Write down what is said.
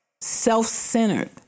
self-centered